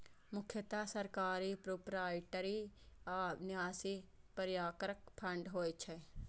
मुख्यतः सरकारी, प्रोपराइटरी आ न्यासी प्रकारक फंड होइ छै